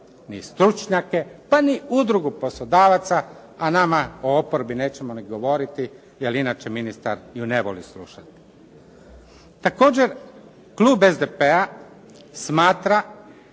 ni stručnjake, pa ni Udrugu poslodavaca, a nama o oporbi nećemo govoriti, jer inače ministar ju ne voli slušati. Također klub SDP-a smatra